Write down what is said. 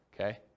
okay